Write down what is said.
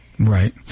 Right